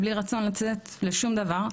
בלי רצון לצאת לשום דבר.